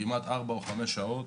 כמעט 4,5 שעות.